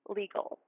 legal